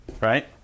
Right